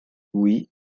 oui